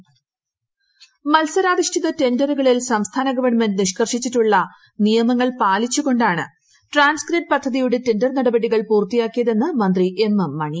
നിയമസഭ M M Mani മത്സരാധിഷ്ഠിത ടെണ്ടറുകളിൽ സംസ്ഥാന ഗവൺമെന്റ് നിഷ്കർഷിച്ചിട്ടുള്ള നിയമങ്ങൾ പാലിച്ചുകൊണ്ടാണ് ട്രാൻസ്ഗ്രിഡ്റ് പദ്ധതിയുടെ ടെണ്ടർ നടപടികൾ പൂർത്തിയാക്കിയതെന്ന് മന്ത്രി എം എം മണി